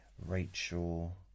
Rachel